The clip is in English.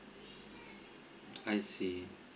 I see